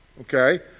okay